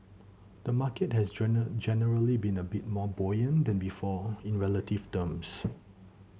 the market has generally been a bit more buoyant than before in relative terms